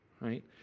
right